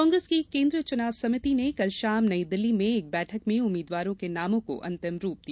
कांग्रेस की केन्द्रीय चुनाव समिति ने कल षाम नई दिल्ली में एक बैठक में उम्मीदवारों के नामों को अंतिम रूप दिया